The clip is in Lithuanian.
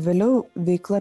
vėliau veikla